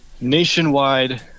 nationwide